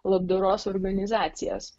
labdaros organizacijas